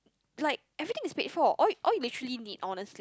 like everything is paid for all you all you actually need honestly